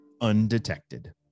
undetected